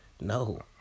No